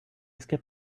skip